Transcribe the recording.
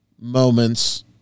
moments